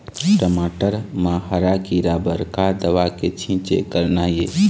टमाटर म हरा किरा बर का दवा के छींचे करना ये?